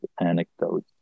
anecdotes